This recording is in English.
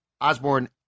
Osborne